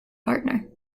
partner